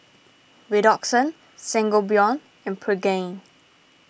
Redoxon Sangobion and Pregain